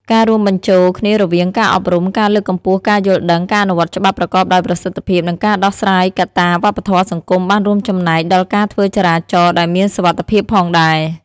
ការរួមបញ្ចូលគ្នារវាងការអប់រំ ការលើកកម្ពស់ការយល់ដឹង ការអនុវត្តច្បាប់ប្រកបដោយប្រសិទ្ធភាព និងការដោះស្រាយកត្តាវប្បធម៌សង្គមបានរួមចំណែកដល់ការធ្វើចរាចរណ៍ដែលមានសុវត្ថិភាពផងដែរ។